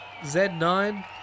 Z9